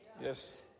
Yes